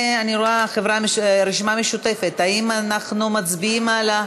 הרשימה המשותפת, האם אנחנו מצביעים על,